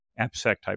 AppSec-type